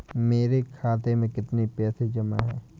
मेरे खाता में कितनी पैसे जमा हैं?